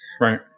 Right